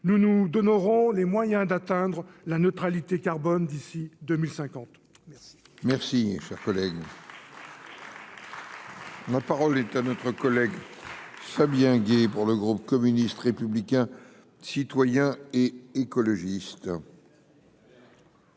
nous nous donnerons les moyens d'atteindre la neutralité carbone d'ici 2050. Merci, cher collègue. La parole est à notre collègue Fabien. Pour le groupe communiste, républicain, citoyen et écologiste.